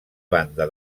banda